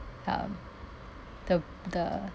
um the the